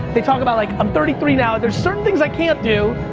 they talk about like i'm thirty three now there's certain things i can't do,